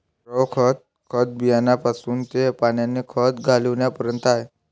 द्रव खत, खत बियाण्यापासून ते पाण्याने खत घालण्यापर्यंत आहे